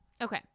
okay